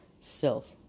self